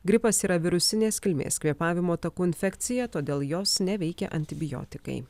gripas yra virusinės kilmės kvėpavimo takų infekcija todėl jos neveikia antibiotikai